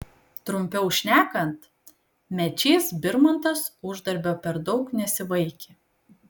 trumpiau šnekant mečys birmantas uždarbio per daug nesivaikė